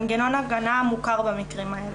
מנגנון ההגנה המוכר במקרים האלה.